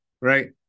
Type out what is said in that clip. right